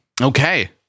Okay